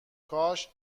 کاش